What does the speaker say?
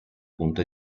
punto